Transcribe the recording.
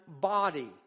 body